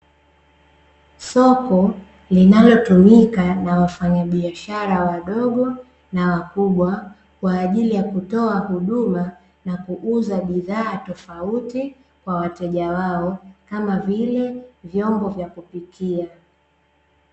Soko linalotumika na wafanyabiashara wadogo na wakubwa kwa ajili ya kutoa huduma na kuuza bidhaa tofauti kwa wateja wao kama vile vyombo vya kupikia.